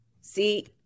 See